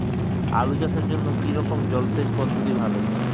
আলু চাষের জন্য কী রকম জলসেচ পদ্ধতি ভালো?